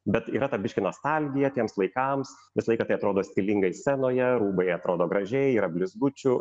bet yra ta biški nostalgija tiems laikams visą laiką tai atrodo stilingai scenoje rūbai atrodo gražiai yra blizgučių